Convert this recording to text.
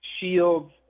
Shields